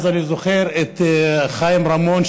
אני זוכר את חיים רמון,